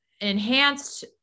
enhanced